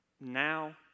now